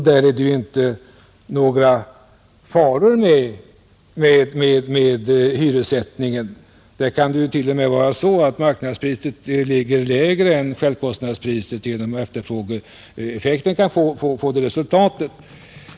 Där är det ju inte några faror med hyressättningen; där kan det t.o.m. förhålla sig så att marknadspriset ligger lägre än självkostnadspriset, på grund av efterfrågeeffekten.